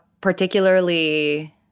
particularly